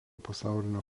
pasaulinio